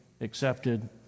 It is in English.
accepted